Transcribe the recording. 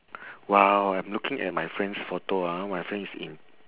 !wow! I'm looking at my friend's photo ah my friend is in